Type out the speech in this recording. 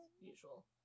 usual